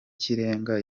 kirenga